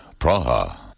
Praha